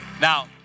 Now